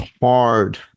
hard